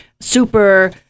super